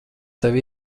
tevi